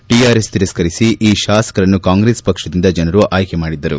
TRS ತಿರಸ್ತರಿಸಿ ಈ ಶಾಸಕರನ್ನು ಕಾಂಗ್ರೆಸ್ ಪಕ್ಷದಿಂದ ಜನರು ಆಯ್ಲೆ ಮಾಡಿದ್ದರು